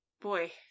boy